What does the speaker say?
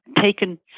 taken